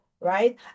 right